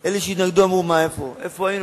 אלה שהתנגדו אמרו: איפה היינו,